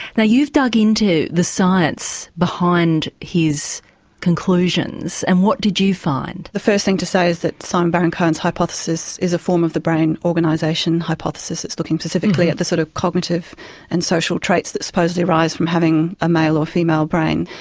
now you've dug in to the science behind behind his conclusions and what did you find? the first thing to say is that simon baron-cohen's hypothesis is a form of the brain organisation hypothesis. it's looking specifically at the sort of cognitive and social traits that supposedly arise from having a male or female brain.